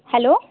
hello